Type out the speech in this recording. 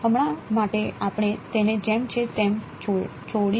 હમણાં માટે આપણે તેને જેમ છે તેમ છોડીશું